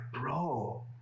bro